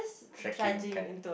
trekking kinda